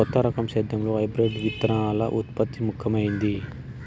కొత్త రకం సేద్యంలో హైబ్రిడ్ విత్తనాల ఉత్పత్తి ముఖమైంది